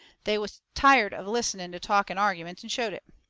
they was tired of listening to talk and arguments, and showed it.